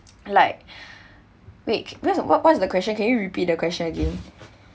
like wait what what what's the question can you repeat the question again